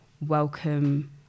welcome